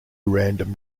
random